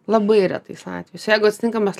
labai retais atvejais jeigu aptinka mes